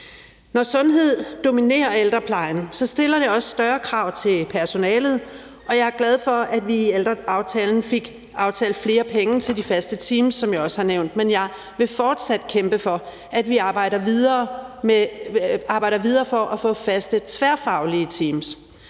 Når sundhed dominerer ældreplejen, stiller det også større krav til personalet, og jeg er glad for, at vi i ældreaftalen fik aftalt at give flere penge til de faste teams, som jeg også har nævnt, men jeg vil fortsat kæmpe for, at vi arbejder videre for at få faste tværfaglige teams,